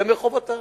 זה מחובתם.